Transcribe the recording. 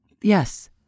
Yes